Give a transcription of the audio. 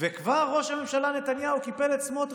וכבר ראש הממשלה נתניהו קיפל את סמוטריץ'.